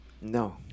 No